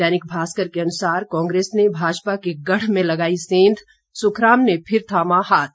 दैनिक भास्कर के अनुसार कांग्रेस ने भाजपा के गढ़ में लगाई सेंघ सुखराम ने फिर थामा हाथ